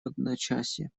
одночасье